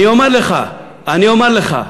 אני אומר לך, אני אומר לך.